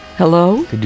Hello